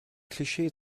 klischee